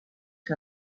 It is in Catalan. que